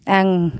आं